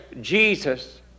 Jesus